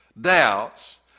doubts